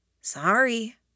Sorry